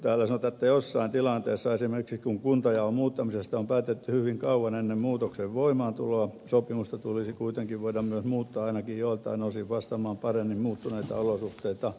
täällä sanotaan että jossain tilanteessa esimerkiksi kun kuntajaon muuttamisesta on päätetty hyvin kauan ennen muutoksen voimaantuloa sopimusta tulisi kuitenkin voida myös muuttaa ainakin joiltain osin vastaamaan paremmin muuttuneita olosuhteita